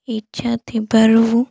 ଇଚ୍ଛା ଥିବାରୁ